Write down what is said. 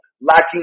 lacking